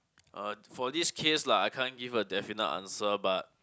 uh for this case lah I can't give a definite answer but